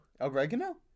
Oregano